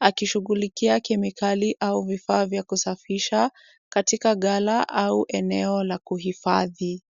akishughulikia mikebe ya kemikali au vifaa vya kusafisha katika ghala au eneo la kuhifadhi.